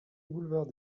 boulevard